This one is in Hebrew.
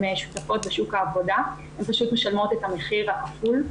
שותפות בשוק העבודה ומשלמות את המחיר הכפול.